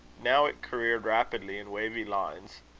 now it careered rapidly in wavy lines,